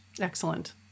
Excellent